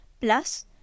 Plus